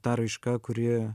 ta raiška kuri